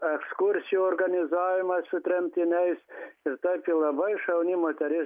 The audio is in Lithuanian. ekskursijų organizavimą su tremtiniais ir taip ji labai šauni moteris